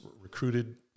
recruited